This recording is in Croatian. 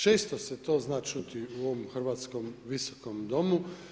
Često se to zna čuti u ovom Hrvatskom visokom domu.